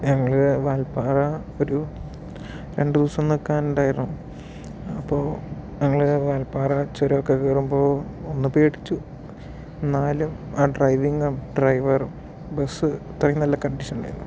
ഞങ്ങള് വാൽപാറ ഒരു രണ്ടു ദിവസം നിൽക്കാൻ ഉണ്ടായിരുന്നു അപ്പോൾ ഞങ്ങള് വാൽപ്പാറ ചുരം ഒക്കെ കേറുമ്പോൾ ഒന്ന് പേടിച്ചു എന്നാലും ആ ഡ്രൈവിങ്ങും ഡ്രൈവറും ബസും ഇത്രയും നല്ല കണ്ടിഷനിൽ ആയിരുന്നു